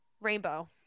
Rainbow